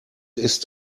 ist